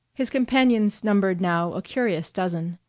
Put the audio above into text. his companions numbered now a curious dozen.